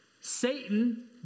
Satan